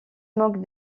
moquent